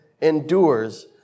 endures